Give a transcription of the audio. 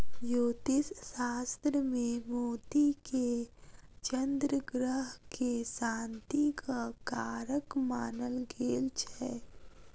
ज्योतिष शास्त्र मे मोती के चन्द्र ग्रह के शांतिक कारक मानल गेल छै